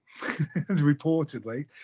reportedly